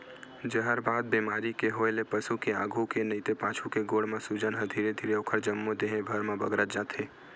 जहरबाद बेमारी के होय ले पसु के आघू के नइते पाछू के गोड़ म सूजन ह धीरे धीरे ओखर जम्मो देहे भर म बगरत जाथे